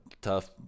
tough